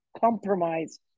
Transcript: compromise